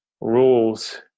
rules